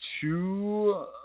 two